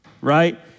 Right